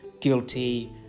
guilty